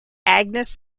agnes